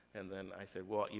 and then i said, well, you